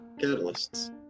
catalysts